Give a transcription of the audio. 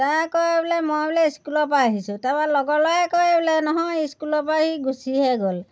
তাই কয় বোলে মই বোলে স্কুলৰ পৰা আহিছোঁ তাৰপৰা লগৰ ল'ৰাই কয় বোলে নহয় স্কুলৰ পৰা সি গুচিহে গ'ল